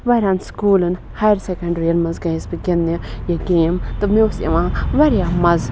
واریاہَن سکوٗلَن higher secondary یَن منٛز گٔیَس بہٕ گِنٛدنہِ یہِ گیم تہٕ مےٚ اوس یِوان واریاہ مَزٕ